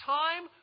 time